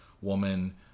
woman